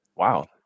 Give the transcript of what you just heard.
Wow